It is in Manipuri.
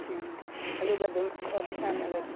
ꯎꯝ ꯑꯗꯨꯒ ꯑꯗꯨꯝ ꯋꯥꯔꯤ ꯁꯥꯟꯅꯔꯁꯤ